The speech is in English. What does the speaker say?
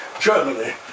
Germany